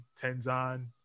Tenzan